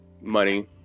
money